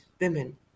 women